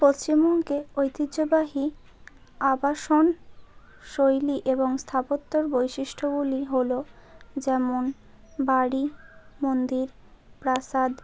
পশ্চিমবঙ্গে ঐতিহ্যবাহী আবাসন শৈলী এবং স্থাপত্যর বৈশিষ্ট্যগুলি হলো যেমন বাড়ি মন্দির প্রাসাদ